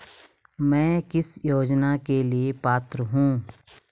मैं किस योजना के लिए पात्र हूँ?